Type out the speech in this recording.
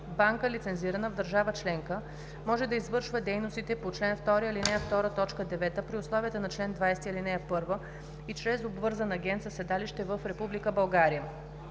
Банка, лицензирана в държава членка, може да извършва дейностите по чл. 2, ал. 2, т. 9 при условията на чл. 20, ал. 1 и чрез обвързан агент със седалище в Република България.